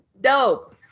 dope